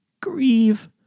Grieve